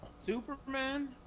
superman